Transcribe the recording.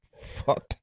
Fuck